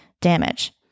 damage